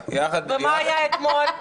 ומה היה אתמול?